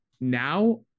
now